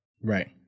Right